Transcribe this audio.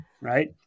right